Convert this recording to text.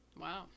Wow